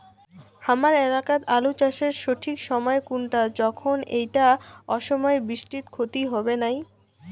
হামার এলাকাত আলু চাষের সঠিক সময় কুনটা যখন এইটা অসময়ের বৃষ্টিত ক্ষতি হবে নাই?